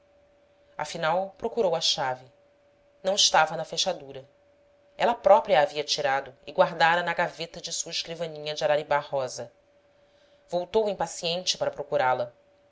afinal procurou a chave não estava na fechadura ela própria a havia tirado e guardara na gaveta de sua escrivaninha de araribá rosa voltou impaciente para procurá-la